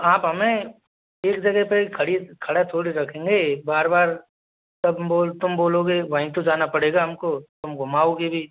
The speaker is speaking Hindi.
आप हमें एक जगह पर ही खड़ा खड़ी थोड़े रखेंगे बार बार तुम बोल तुम बोलोगे वहीं तो जाना पड़ेगा हमको तुम घुमाओगे भी